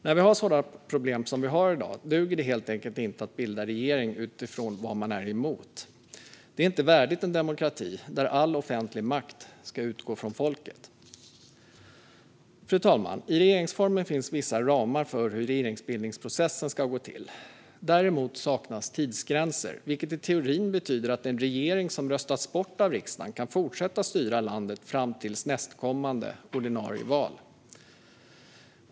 När vi har sådana problem som vi har i dag duger det helt enkelt inte att bilda regering utifrån vad man är emot. Det är inte värdigt en demokrati där all offentlig makt ska utgå från folket. Fru talman! I regeringsformen finns vissa ramar för hur regeringsbildningsprocessen ska gå till. Däremot saknas tidsgränser, vilket i teorin betyder att en regering som röstats bort av riksdagen kan fortsätta styra landet fram till nästkommande ordinarie val.